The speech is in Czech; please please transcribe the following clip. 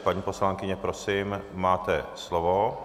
Paní poslankyně, prosím, máte slovo.